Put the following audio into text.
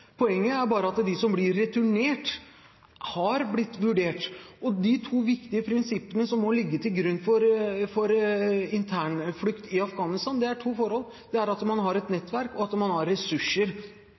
Poenget er bare at de som blir returnert, har blitt vurdert. De to viktige prinsippene som må ligge til grunn for internflukt i Afghanistan, er at man har et nettverk, og at man har ressurser,